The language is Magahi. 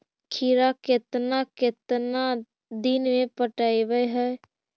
खिरा केतना केतना दिन में पटैबए है?